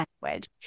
language